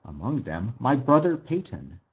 among them my brother peyton.